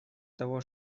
того